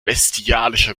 bestialischer